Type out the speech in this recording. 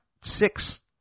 six